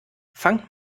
fangt